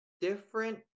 different